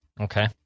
Okay